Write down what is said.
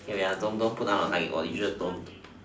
okay wait ah don't go put down or just don't